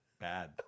Bad